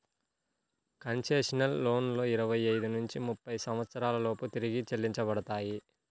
concessional లోన్లు ఇరవై ఐదు నుంచి ముప్పై సంవత్సరాల లోపు తిరిగి చెల్లించబడతాయి